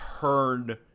turn